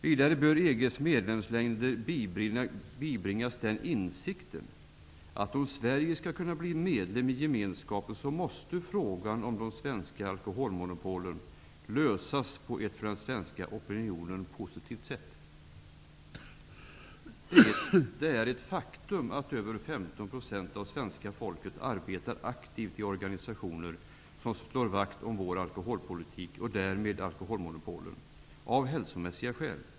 Vidare bör EG:s medlemsländer bibringas den insikten att om Sverige skall kunna bli medlem i gemenskapen måste problemet med de svenska alkoholmonopolen lösas på ett för den svenska opinionen positivt sätt. Det är ett faktum att över 15 % av svenska folket arbetar aktivt i organisationer som av hälsomässiga skäl slår vakt om vår alkoholpolitik och därmed alkoholmonopolen.